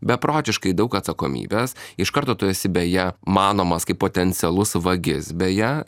beprotiškai daug atsakomybės iš karto tu esi beje manomas kaip potencialus vagis beje